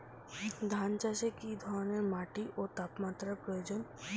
ধান চাষে কী ধরনের মাটি ও তাপমাত্রার প্রয়োজন?